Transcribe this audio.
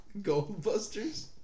Goldbusters